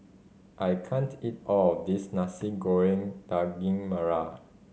I can't eat all of this Nasi Goreng Daging Merah